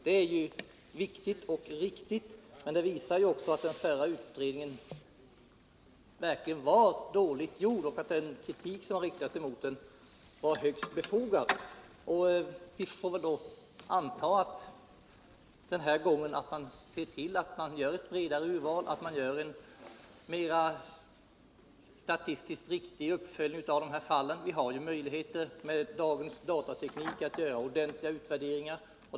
Det är viktigt och riktigt, men det visar att den förra utredningen verkligen var dålig och att den kritik som riktades mot den var högst befogad. Vi får väl anta att man den här gången gör ett bredare urval och att man gör en statistiskt riktigare uppföljning av fallen. Med dagens datateknik kan vi ju göra ordentliga utvärderingar.